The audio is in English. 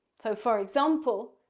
so for example,